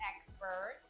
expert